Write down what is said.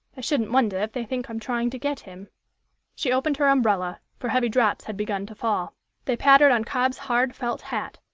i shouldn't wonder if they think i'm trying to get him she opened her umbrella, for heavy drops had begun to fall they pattered on cobb's hard felt hat,